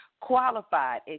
Qualified